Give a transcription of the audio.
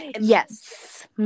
Yes